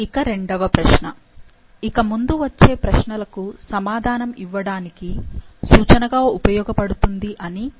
ఇక రెండవ ప్రశ్న ఇక ముందు వచ్చే ప్రశ్నలకు సమాధానం ఇవ్వడానికి సూచనగా ఉపయోగపడుతుంది అని ఇక్కడ పెడిగ్రీ ని చూపించాను